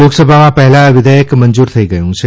લોકસભામાં પહેલા આ વિઘેયક મંજૂર થઇ ગયું છે